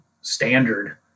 standard